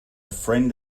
friend